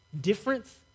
difference